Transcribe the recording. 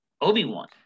obi-wan